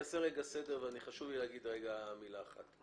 אני אעשה סדר וחשוב לי להגיד מילה אחת.